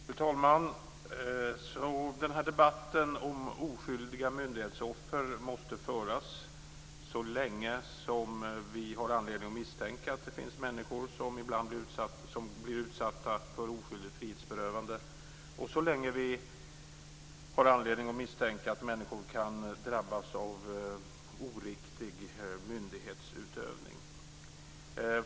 Fru talman! Debatten om oskyldiga myndighetsoffer måste föras så länge vi har anledning att misstänka att det finns människor som blir utsatta för oskyldigt frihetsberövande och så länge vi har anledning att misstänka att människor kan drabbas av oriktig myndighetsutövning.